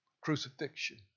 crucifixion